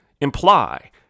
imply